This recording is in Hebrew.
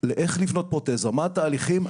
לאיך בונים פרוטזה ומהם התהליכים?